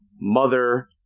mother